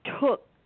took